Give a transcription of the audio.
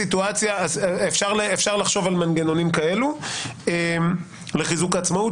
אפשר לחשוב על מנגנונים כאלה לחיזוק העצמאות,